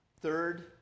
Third